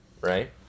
right